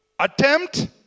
Attempt